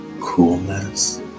coolness